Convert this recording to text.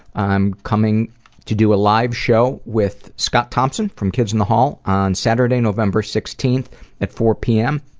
i'm coming to do a live show with scott thompson from kids in the hall on saturday, november sixteenth at four pm.